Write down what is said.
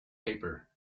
paper